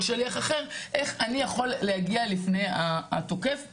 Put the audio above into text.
איך הם יכולים להגיע לפני התוקף.